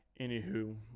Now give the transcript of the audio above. anywho